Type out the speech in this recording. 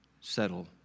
settle